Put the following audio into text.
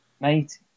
Mate